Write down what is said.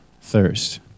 thirst